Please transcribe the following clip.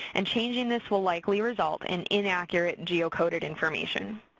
and changing this will likely result in inaccurate geocoded information.